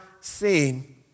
seen